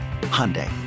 Hyundai